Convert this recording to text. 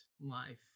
life